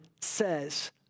says